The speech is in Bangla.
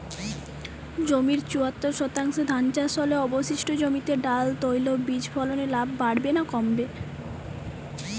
জমির চুয়াত্তর শতাংশে ধান চাষ হলে অবশিষ্ট জমিতে ডাল তৈল বীজ ফলনে লাভ বাড়বে না কমবে?